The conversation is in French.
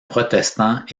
protestant